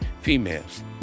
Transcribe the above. females